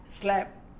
slap